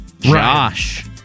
Josh